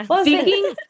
Speaking